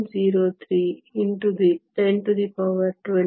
03 x 1023m 3 ಆಗಿದೆ